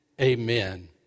Amen